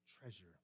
treasure